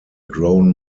grown